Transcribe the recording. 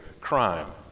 crime